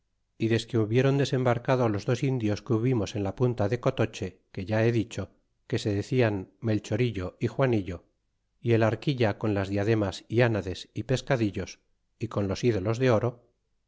y desque hubiéron desembarcado los dos indios que hubimos en la punta de colocho que ya he dicho que se decian melchorillo y juanillo y el arquilla con las diademas y ánades y pescadillos y con los ídolos de oro